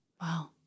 Wow